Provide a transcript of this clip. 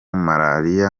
marariya